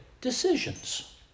decisions